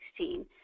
2016